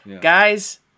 guys